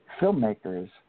filmmakers